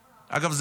אגב,